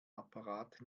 apparat